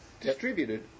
distributed